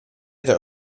der